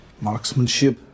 Marksmanship